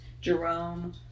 jerome